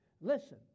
Listen